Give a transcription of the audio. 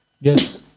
Yes